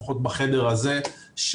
לפחות בחדר הזה,